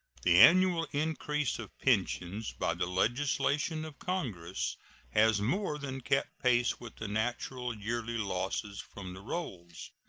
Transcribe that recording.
the annual increase of pensions by the legislation of congress has more than kept pace with the natural yearly losses from the rolls.